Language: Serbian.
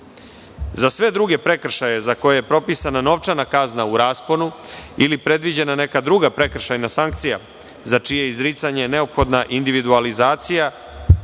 sve druge prekršaje za koje je propisana novčana kazna u rasponu ili predviđena neka druga prekršajna sankcija za čije izricanje je neophodna individualizacija